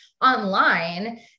online